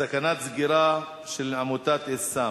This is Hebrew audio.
נעבור להצעות לסדר-היום בנושא: סכנת סגירתה של עמותת אל-סם,